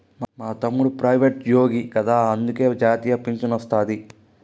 మా తమ్ముడు ప్రైవేటుజ్జోగి కదా అందులకే జాతీయ పింఛనొస్తాది